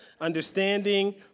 understanding